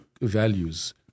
values